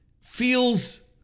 feels